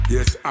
Yes